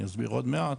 אני אסביר עוד מעט,